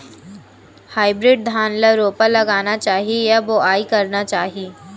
Hybrid धान ल रोपा लगाना चाही या बोआई करना चाही?